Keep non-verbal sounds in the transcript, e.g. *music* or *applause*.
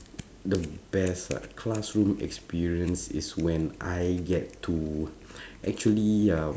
the best ah classroom experience is when I get to *breath* actually uh